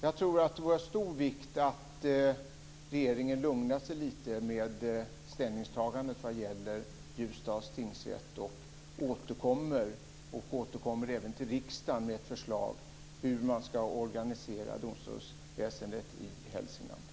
Jag tror att det vore av stor vikt att regeringen lugnar sig lite med sitt ställningstagande när det gäller Ljusdals tingsrätt och återkommer även till riksdagen med ett förslag till hur man ska organisera domstolsväsendet i Hälsingland.